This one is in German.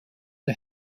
der